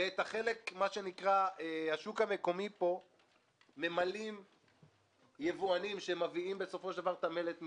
ואת השוק המקומי ממלאים יבואנים שמביאים את המלט מחו"ל,